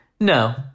No